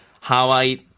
Hawaii